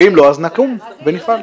אם לא, נקום ונפעל.